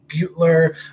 butler